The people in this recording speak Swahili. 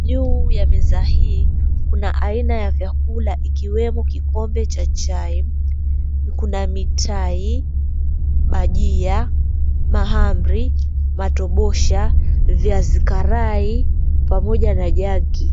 Juu ya meza hii, kuna aina ya vyakula ikiwemo kikombe cha chai. Kuna mitai, bhajia, mahamri, matobosha, viazi karai pamoja na jug .